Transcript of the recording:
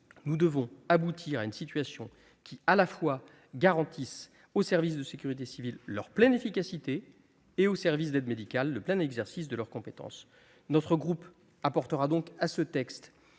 Nous devons aboutir à une situation qui garantisse, à la fois, aux services de sécurité civile leur pleine efficacité et aux services d'aide médicale le plein exercice de leur compétence. Le groupe Socialiste,